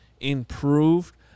improved